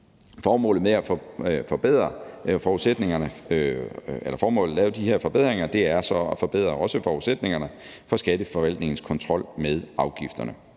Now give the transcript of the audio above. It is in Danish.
ligesom det gælder for nikotinholdige væsker. Formålet med at lave de her forbedringer er også at forbedre forudsætningerne for Skatteforvaltningens kontrol med afgifterne.